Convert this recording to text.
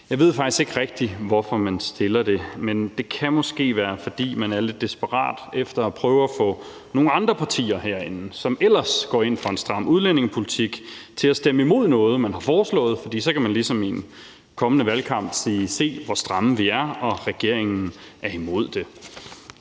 Jeg ved faktisk ikke rigtig, hvorfor man har fremsat det, men det kan måske være, fordi man er lidt desperat efter at prøve at få nogle andre partier herinde, som ellers går ind for en stram udlændingepolitik, til at stemme imod noget, man har foreslået, for så kan man ligesom i en kommende valgkamp sige: Se, hvor stramme vi er, og regeringen er imod det.